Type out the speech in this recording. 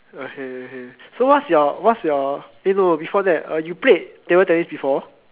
okay okay so what's your what's your eh no no before that you played table tennis before